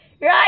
Right